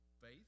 faith